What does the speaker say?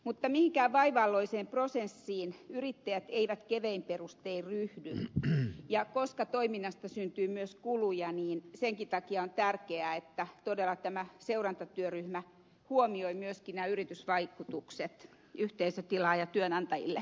mutta mihinkään vaivalloiseen prosessiin yrittäjät eivät kevein perustein ryhdy ja koska toiminnasta syntyy myös kuluja onkin tärkeää että lain toteutumisen seurantatyöryhmä huomioi myöskin yritysvaikutukset yhteisötilaajatyönantajille